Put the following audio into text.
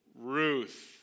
Ruth